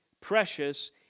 precious